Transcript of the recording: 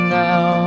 now